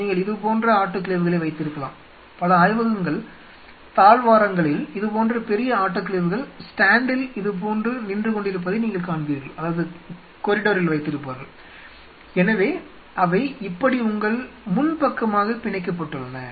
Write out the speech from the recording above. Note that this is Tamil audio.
நீங்கள் இது போன்ற ஆட்டோகிளேவ்களை வைத்திருக்கலாம் பல ஆய்வகங்கள் தாழ்வாரங்களில் இதுபோன்ற பெரிய ஆட்டோகிளேவ்கள் ஸ்டாண்டில் இதுபோன்று நின்று கொண்டிருப்பதை நீங்கள் காண்பீர்கள் எனவே அவை இப்படி உங்கள் முன் பக்கமாகப் பிணைக்கப்பட்டுள்ளன